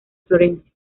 florencia